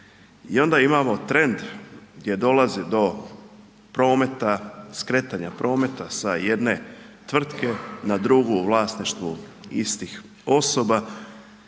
I onda imamo trend gdje dolazi do prometa skretanja prometa s jedne tvrtke na drugu u vlasništvu istih osoba